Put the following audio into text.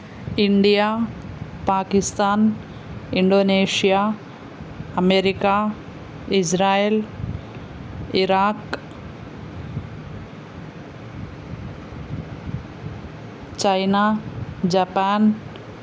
India Pakistan Indonesia America Israel Iraq China Japan